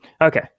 Okay